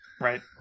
Right